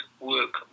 work